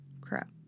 crap